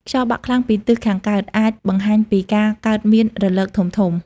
ខ្យល់បក់ខ្លាំងពីទិសខាងកើត អាចបង្ហាញពីការកើតមានរលកធំៗ។